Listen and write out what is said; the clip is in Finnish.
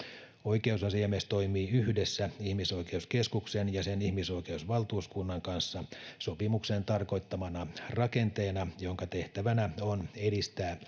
oikeusasiamies toimii yhdessä ihmisoikeuskeskuksen ja sen ihmisoikeusvaltuuskunnan kanssa sopimuksen tarkoittamana rakenteena jonka tehtävänä on edistää